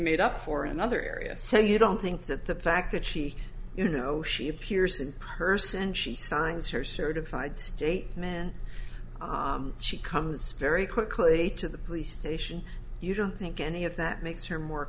made up for another area so you don't think that the fact that she you know she appears in person and she signs her certified state men she comes very quickly to the police station you don't think any of that makes her more